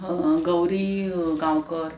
Gauri Gaonkar